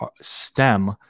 stem